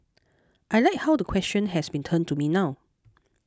I like how the question has been turned to me now